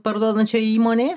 parduodančią įmonėje